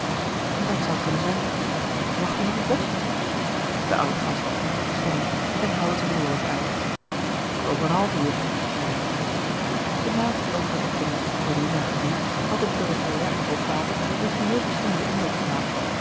dat zou kunnen zijn wacht u nog een post de oudgast knikte toestemmend en haalde zijn horloge uit over een half uur zeide hij de naam van tante de tonnette door lina genoemd had op dorothea en botwater een geheel verschillenden indruk gemaakt